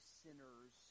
sinners